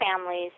families